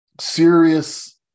serious